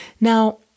Now